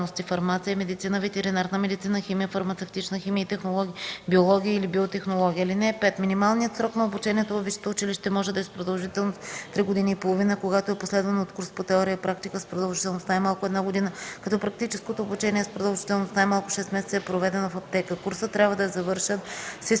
медицина, ветеринарна медицина, химия, фармацевтична химия и технология, биология или биотехнология.